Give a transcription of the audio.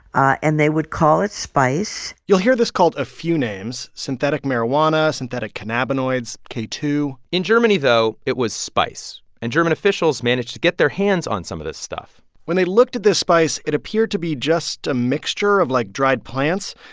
ah and they would call it spice you'll hear this called a few names synthetic marijuana, synthetic cannabinoids, k two point in germany, though, it was spice. and german officials managed to get their hands on some of this stuff when they looked at this spice, it appeared to be just a mixture of, like, dried plants.